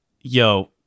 Yo